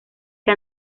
que